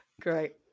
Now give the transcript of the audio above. great